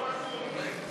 אין נמנעים.